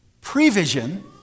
Prevision